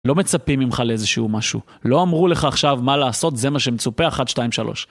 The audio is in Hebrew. לא מצפים ממך לאיזשהו משהו. לא אמרו לך עכשיו מה לעשות, זה מה שמצופה 1, 2, 3.